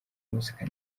muzika